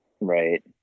right